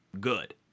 good